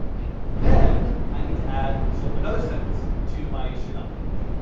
and then i need to add so another sentence to my html page.